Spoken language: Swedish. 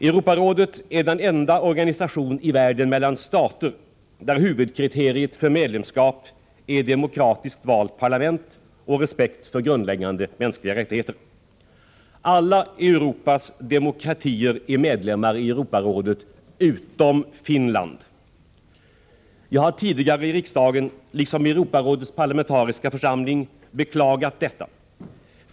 Europarådet är den enda organisation i världen där huvudkri teriet för staternas medlemskap är att de har ett demokratiskt valt parlament och respekterar grundläggande mänskliga rättigheter. Alla Europas demokratier är medlemmar i Europarådet utom Finland. Jag har tidigare i riksdagen liksom i Europarådets parlamentariska församling beklagat detta.